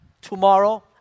tomorrow